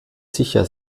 sicher